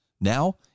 Now